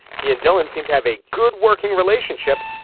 he and dylan seem to have a good working relationship.